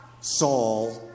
Saul